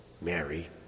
Mary